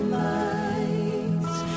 lights